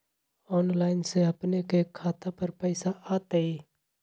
Online से अपने के खाता पर पैसा आ तई?